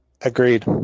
Agreed